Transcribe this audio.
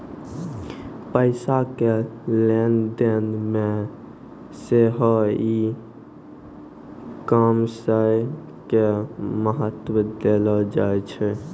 पैसा के लेन देनो मे सेहो ई कामर्स के महत्त्व देलो जाय छै